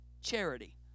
charity